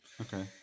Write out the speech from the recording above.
Okay